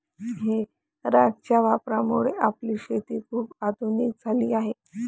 हे रॅकच्या वापरामुळे आपली शेती खूप आधुनिक झाली आहे